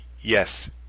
Yes